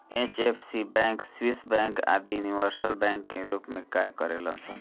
HFC bank, Swiss bank आदि universal bank के रूप में कार्य करेलन सन